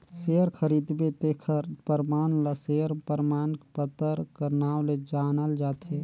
share खरीदबे तेखर परमान ल सेयर परमान पतर कर नांव ले जानल जाथे